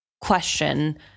question